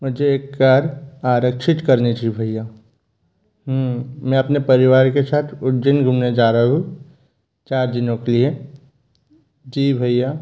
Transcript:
मुझे एक कार आरक्षित करनी थी भैया मैं अपने परिवार के साथ उज्जैन घूमने जा रहा हूँ चार दिनों के लिए जी भैया